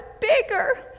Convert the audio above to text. bigger